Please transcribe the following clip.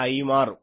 ആയി മാറും